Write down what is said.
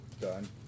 Done